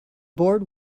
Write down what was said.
board